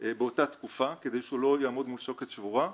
באותה תקופה, כדי שהוא לא יעמוד מול שוקת שבורה,